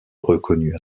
reconnu